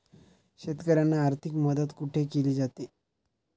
शेतकऱ्यांना आर्थिक मदत कुठे केली जाते?